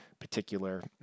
particular